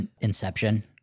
Inception